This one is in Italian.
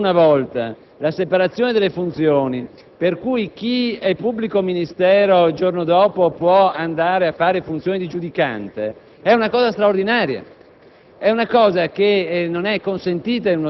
Vedete, bloccare ancora una volta la separazione delle funzioni, per cui chi è pubblico ministero il giorno dopo può andare a svolgere funzioni di giudicante, è una cosa straordinaria,